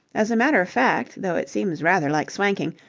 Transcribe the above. as a matter of fact, though it seems rather like swanking,